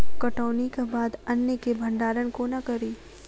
कटौनीक बाद अन्न केँ भंडारण कोना करी?